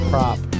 Prop